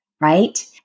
right